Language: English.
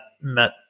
met